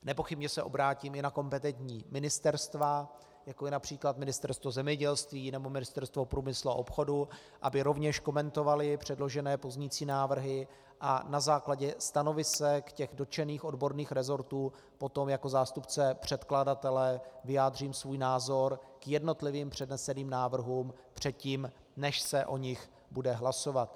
Nepochybně se obrátím i na kompetentní ministerstva, jako je například Ministerstvo zemědělství nebo Ministerstvo průmyslu a obchodu, aby rovněž komentovala předložené pozměňující návrhy, a na základě stanovisek dotčených odborných resortů potom jako zástupce předkladatele vyjádřím svůj názor k jednotlivým předneseným návrhům předtím, než se o nich bude hlasovat.